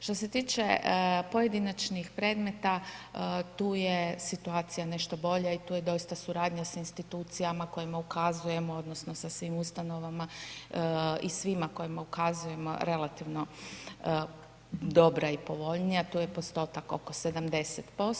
Što se tiče pojedinačnih predmeta tu je situacija nešto bolja i tu je doista suradnja sa institucijama kojima ukazujemo, odnosno sa svim ustanovama i svima kojima ukazujemo relativno dobra i povoljnija, tu je postotak oko 70%